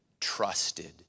trusted